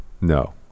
No